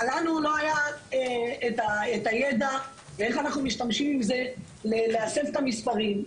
לנו לא היה את הידע איך אנחנו משתמשים בזה להסב את המספרים.